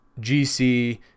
GC